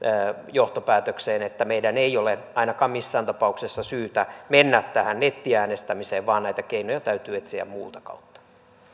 johtopäätökseen että meidän ei ole missään tapauksessa syytä mennä ainakaan tähän nettiäänestämiseen vaan näitä keinoja täytyy etsiä muuta kautta arvoisa